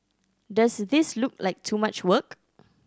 does this look like too much work